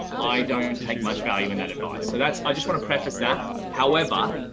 i don't take much value in that advice. so that's, i just want to preface that however,